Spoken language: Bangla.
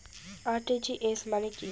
আর.টি.জি.এস মানে কি?